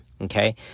okay